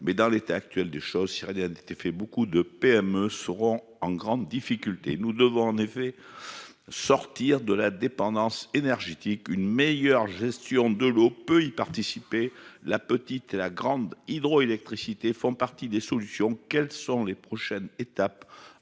Dans l'état actuel des choses, si rien n'était fait, beaucoup de PME seraient en grande difficulté. Nous devons en effet sortir de la dépendance énergétique. Une meilleure gestion de l'eau peut y participer. La petite et la grande hydroélectricité font partie des solutions. Madame la secrétaire d'État,